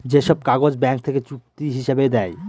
যে সব কাগজ ব্যাঙ্ক থেকে চুক্তি হিসাবে দেয়